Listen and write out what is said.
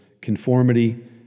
conformity